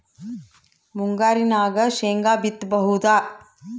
ಮುಂಗಾರಿನಾಗ ಶೇಂಗಾ ಬಿತ್ತಬಹುದಾ?